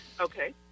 Okay